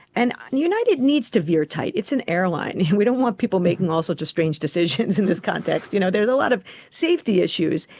and and united needs to veer tight, it's an airline, we don't want people making all sorts of strange decisions in this context. you know there's a lot of safety issues.